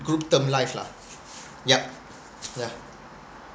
group term life lah yup yeah